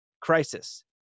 crisis